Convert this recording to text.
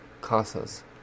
Casas